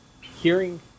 hearing